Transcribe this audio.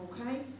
Okay